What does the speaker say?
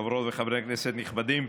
חברות וחברי כנסת נכבדים,